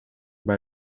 bij